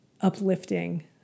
uplifting